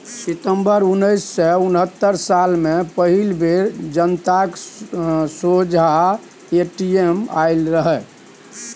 सितंबर उन्नैस सय उनहत्तर साल मे पहिल बेर जनताक सोंझाँ ए.टी.एम आएल रहय